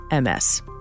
MS